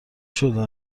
شده